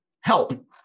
Help